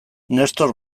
nestor